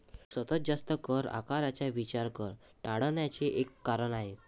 सतत जास्त कर आकारण्याचा विचार कर टाळण्याचे एक कारण आहे